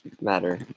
matter